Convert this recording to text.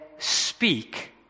speak